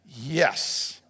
Yes